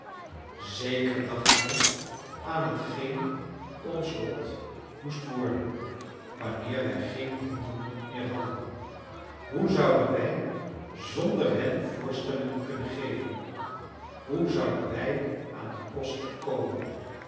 zeker dacht hij aan hetgeen ons lot moest worden wanneer wij geen honden meer hadden hoe zouden wij zonder hen voorstellingen kunnen geven hoe zouden wij aan den kost komen